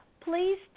please